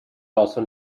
also